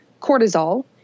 cortisol